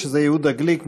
יהודה גליק,